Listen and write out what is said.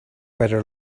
better